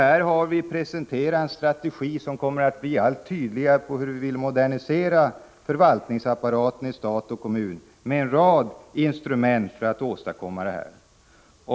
Här har vi presenterat en strategi, som kommer att bli allt tydligare, för hur vi vill modernisera förvaltningsapparaten i stat och kommun med en rad instrument.